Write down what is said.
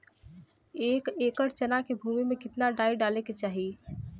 एक एकड़ चना के भूमि में कितना डाई डाले के चाही?